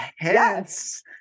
yes